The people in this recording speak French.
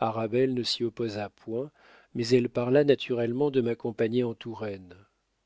arabelle ne s'y opposa point mais elle parla naturellement de m'accompagner en touraine